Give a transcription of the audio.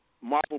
Marvel